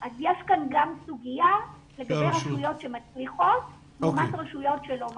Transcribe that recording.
אז יש כאן גם סוגיה לגבי רשויות שמצליחות לעומת רשויות שלא מצליחות.